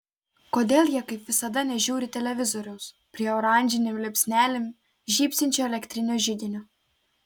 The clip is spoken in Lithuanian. kodėl jie kaip visada nežiūri televizoriaus prie oranžinėm liepsnelėm žybsinčio elektrinio židinio